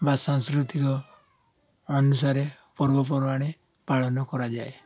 ବା ସାଂସ୍କୃତିକ ଅନୁସାରେ ପର୍ବପର୍ବାଣି ପାଳନ କରାଯାଏ